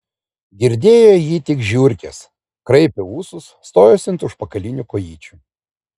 girdėjo jį tik žiurkės kraipė ūsus stojosi ant užpakalinių kojyčių